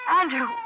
Andrew